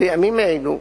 בימים אלו,